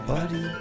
Buddy